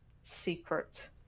secret